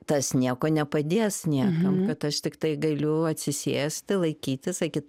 tas nieko nepadės niekam kad aš tiktai galiu atsisėsti laikytis sakyt